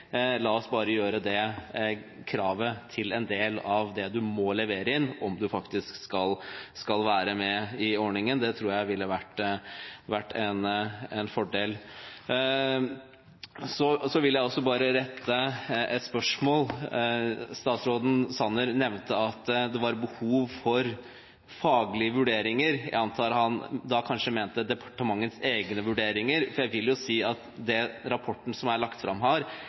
la oss gjøre det kravet til en del av det du må levere inn, om du faktisk skal være med i ordningen. Det tror jeg ville vært en fordel. Statsråd Sanner nevnte at det var behov for faglige vurderinger, og jeg antar at han da kanskje mente departementets egne vurderinger, for jeg vil si at den rapporten som er lagt fram